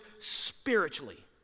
spiritually